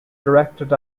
directed